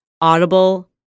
audible